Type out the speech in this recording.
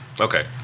Okay